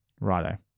righto